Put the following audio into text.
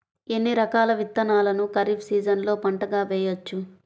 ఎన్ని రకాల విత్తనాలను ఖరీఫ్ సీజన్లో పంటగా వేయచ్చు?